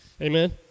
Amen